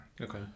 Okay